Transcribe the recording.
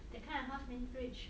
that kind of house very rich